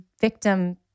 victim